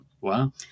Wow